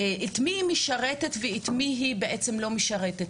את מי היא משרתת ואת מי היא בעצם לא משרתת?